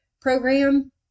program